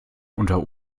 unter